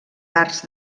arts